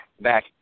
back